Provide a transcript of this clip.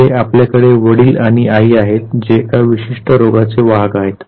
येथे आपल्याकडे वडील आणि आई आहेत जे एका विशिष्ट रोगाचे वाहक आहेत